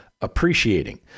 appreciating